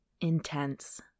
intense